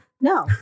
No